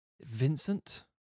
Vincent